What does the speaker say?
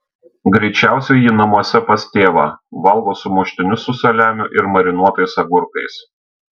greičiausiai ji namuose pas tėvą valgo sumuštinius su saliamiu ir marinuotais agurkais